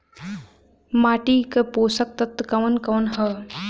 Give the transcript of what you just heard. माटी क पोषक तत्व कवन कवन ह?